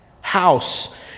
House